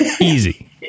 easy